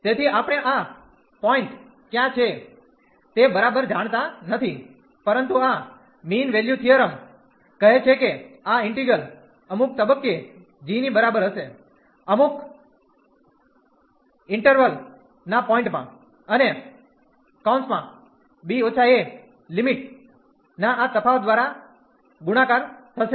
તેથી આપણે આ પોઇન્ટ ક્યાં છે તે બરાબર જાણતા નથી પરંતુ આ મીન વેલ્યુ થીયરમ કહે છે કે આ ઈન્ટિગ્રલ અમુક તબક્કે g ની બરાબર હશે અમુલ ઇન્ટર્વલ ના પોઇન્ટ માં અને b−a લિમિટ ના આ તફાવત દ્વારા ગુણાકાર થશે